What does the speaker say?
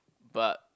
but